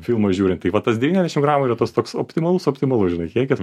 filmą žiūrint tai va tas devyniasdešim gramų yra tas toks optimalus optimalus žinai kiekis